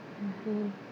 mmhmm